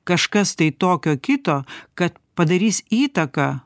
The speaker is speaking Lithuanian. kažkas tai tokio kito kad padarys įtaką